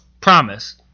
Promise